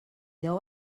deu